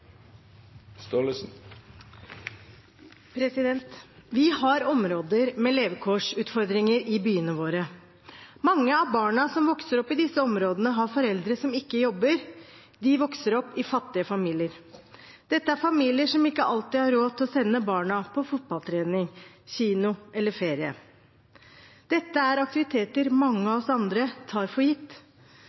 Vi har områder med levekårsutfordringer i byene våre. Mange av barna som vokser opp i disse områdene, har foreldre som ikke jobber. De vokser opp i fattige familier. Dette er familier som ikke alltid har råd til å sende barna på fotballtrening, kino eller ferie. Dette er aktiviteter mange av oss andre tar for gitt.